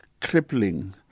crippling